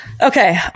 Okay